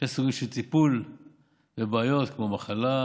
שני סוגים של טיפול בבעיות כמו מחלה,